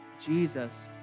Jesus